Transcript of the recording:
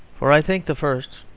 for i think the first,